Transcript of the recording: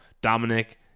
Dominic